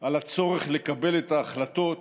על הצורך לקבל את ההחלטות